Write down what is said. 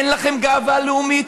אין לכם גאווה לאומית,